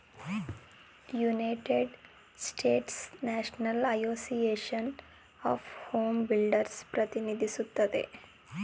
united ಸ್ಟೇಟ್ಸ್ನಲ್ಲಿ national association of home builders ಪ್ರತಿನಿಧಿಸುತ್ತದೆ